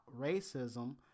racism